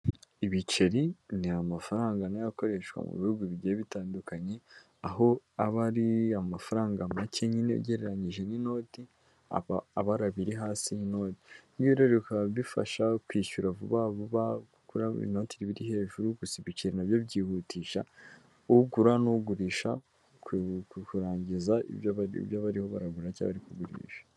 Ibiceri ni amafaranga nayo akoreshwa mu bihugu bigiye bitandukanye, aho aba ariya ma amafaranga make nyine ugereranyije n'inoti, aba abara biri hasi rero bikaba bifasha kwishyura vuba vuba gukuramo inoti biri hejuru, gusa ibikira nabyo byihutisha ugura n'ugurisha kurangiza ibyo barya ibyo bariho baraguracyari kugurisha.